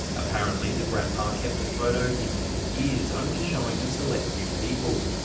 apparently the grandpa kept the photo hidden for years, only showing a select few people.